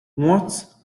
what